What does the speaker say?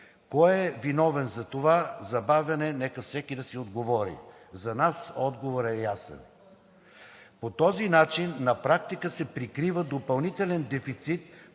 Кой е виновен за това забавяне нека всеки да си отговори. За нас отговорът е ясен. По този начин на практика се прикрива допълнителен дефицит